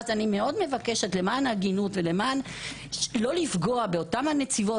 אני מאוד מבקשת למען ההגינות לא לפגוע באותן נציבות